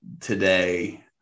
today